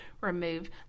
remove